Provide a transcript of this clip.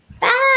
bye